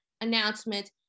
announcement